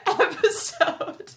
episode